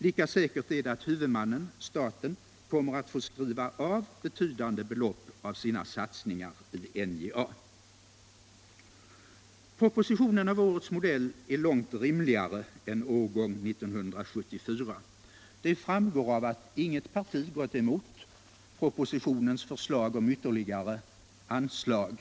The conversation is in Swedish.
Lika säkert är det att huvudmannen, staten, kommer att få skriva av betydande belopp av sina satsningar i NJA. Herr talman! Propositionen av årets modell är långt rimligare än årgång 1974. Det framgår av att inget parti gått emot propositionens förslag om ytterligare anslag.